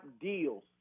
deals